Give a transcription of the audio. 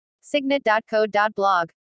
Signet.code.blog